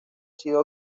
sido